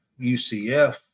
UCF